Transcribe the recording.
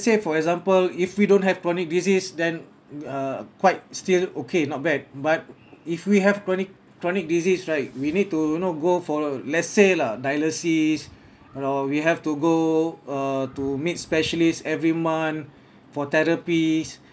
say for example if we don't have chronic disease than uh quite still okay not bad but if we have chronic chronic disease right we need to you know go for let's say lah dialysis and all we have to go uh to meet specialist every month for therapists